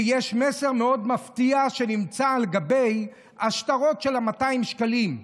שיש מסר מאוד מפתיע שנמצא על גבי השטרות של 200 שקלים.